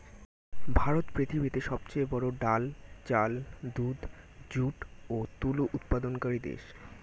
ভারত পৃথিবীতে সবচেয়ে বড়ো ডাল, চাল, দুধ, যুট ও তুলো উৎপাদনকারী দেশ